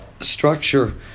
structure